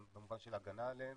במובן של הגנה עליהם